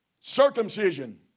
circumcision